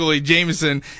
Jameson